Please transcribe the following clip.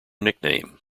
nickname